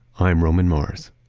i'm roman mars